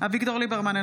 אביגדור ליברמן,